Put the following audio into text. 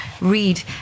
read